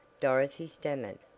dorothy stammered.